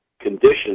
conditions